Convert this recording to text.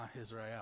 Israel